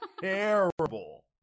terrible